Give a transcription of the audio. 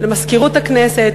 למזכירות הכנסת,